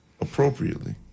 appropriately